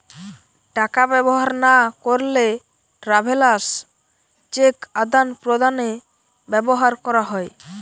টাকা ব্যবহার না করলে ট্রাভেলার্স চেক আদান প্রদানে ব্যবহার করা হয়